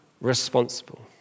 responsible